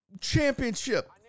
championship